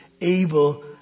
able